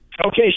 Okay